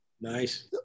Nice